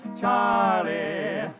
Charlie